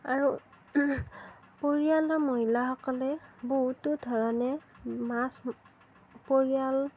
আৰু পৰিয়ালৰ মহিলাসকলে বহুতো ধৰণে মাছ পৰিয়াল